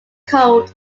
cold